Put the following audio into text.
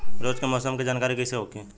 रोज के मौसम के जानकारी कइसे होखि?